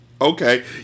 Okay